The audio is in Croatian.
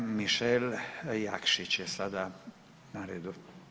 G. Mišel Jakšić je sada na redu.